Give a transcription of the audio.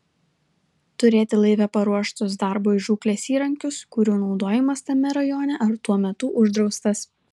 turėti laive paruoštus darbui žūklės įrankius kurių naudojimas tame rajone ar tuo metu uždraustas